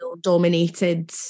dominated